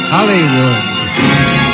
Hollywood